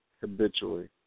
habitually